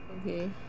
Okay